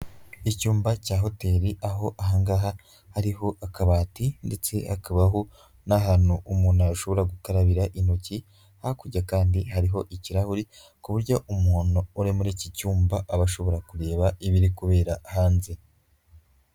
Icyumba cya hoteli aho ahangaha hariho akabati ndetse hakabaho n'ahantu umuntu ashobora gukarabira intoki, hakurya kandi hariho ikirahuri ku buryo umuntu uri muri iki cyumba aba ashobora kureba ibiri kubera hanze.